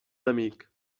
enemic